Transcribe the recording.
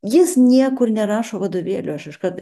jis niekur nerašo vadovėlių aš iškart